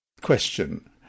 question